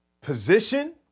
position